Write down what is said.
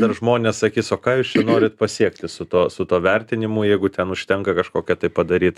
dar žmonės sakys o ką jūs čia norit pasiekti su tuo su tuo vertinimu jeigu ten užtenka kažkokio tai padaryt